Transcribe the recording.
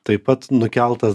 taip pat nukeltas